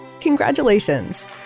congratulations